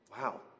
Wow